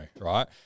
Right